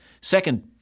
Second